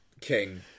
king